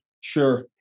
Sure